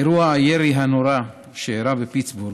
אירוע הירי הנורא שאירע בפיטסבורג,